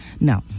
No